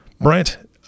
brent